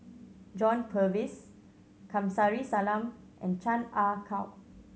John Purvis Kamsari Salam and Chan Ah Kow